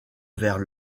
vers